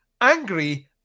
angry